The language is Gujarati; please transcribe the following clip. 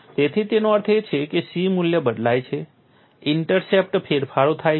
તેથી તેનો અર્થ એ છે કે C મૂલ્ય બદલાય છે ઇન્ટરસેપ્ટ ફેરફારો થાય છે